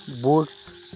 books